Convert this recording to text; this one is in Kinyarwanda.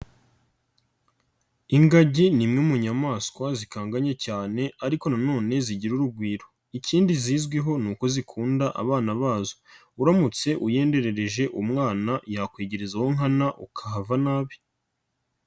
Ingagi ni imwe mu nyamaswa zikanganye cyane ariko na none zigira urugwiro, ikindi zizwiho ni uko zikunda abana bazo, uramutse uyenderereje umwana yakwigereza uwo nkana ukahava nabi.